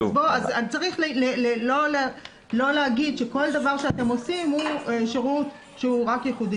אז צריך לא להגיד שכל דבר שאתם עושים הוא שירות שהוא רק ייחודי